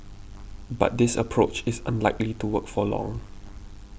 but this approach is unlikely to work for long